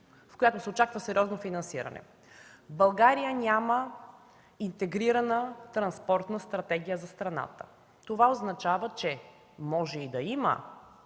по която се очаква сериозно финансиране. България няма Интегрирана транспортна стратегия за страната. Това означава, че може и да има